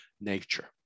nature